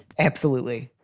absolutely.